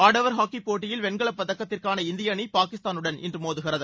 ஆடவர் ஹாக்கி போட்டியில் வெண்கல பதக்கத்திற்காக இந்திய அணி பாகிஸ்தானுடன் இன்று மோதுகிறது